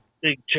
Big